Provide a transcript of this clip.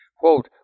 Quote